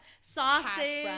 sausage